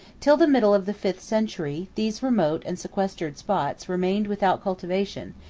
till the middle of the fifth century, these remote and sequestered spots remained without cultivation,